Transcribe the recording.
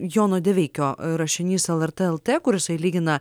jono deveikio rašinys lrt el tė kur jisai lygina